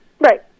Right